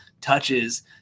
touches